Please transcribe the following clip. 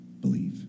believe